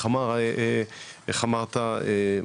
איך אמרת,